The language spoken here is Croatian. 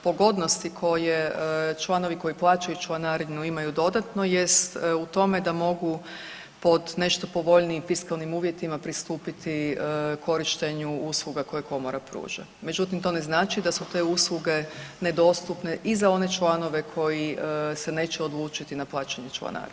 Pogodnosti koje članovi koji plaćaju članarinu imaju dodatno jest u tome da mogu pod nešto povoljnijim fiskalnim uvjetima pristupiti korištenju usluga koje Komora pruža, međutim, to ne znači da su te usluge nedostupne i za one članove koji se neće odlučiti na plaćanje članarina.